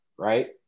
Right